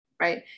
right